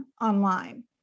online